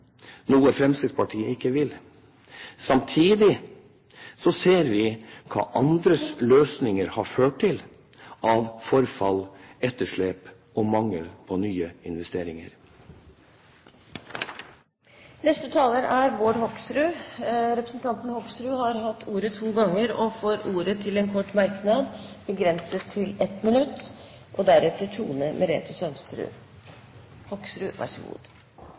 noe Fremskrittspartiet ikke vil. Samtidig ser vi hva andres løsninger har ført til av forfall, etterslep og mangel på nye investeringer. Bård Hoksrud har hatt ordet to ganger og får ordet til en kort merknad, begrenset til 1 minutt.